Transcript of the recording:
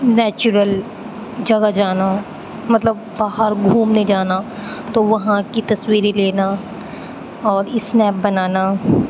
natural جگہ جانا مطلب باہر گھومنے جانا تو وہاں کی تصویریں لینا اور اسنیپ بنانا